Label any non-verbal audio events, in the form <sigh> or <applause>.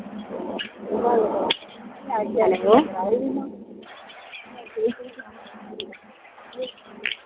<unintelligible>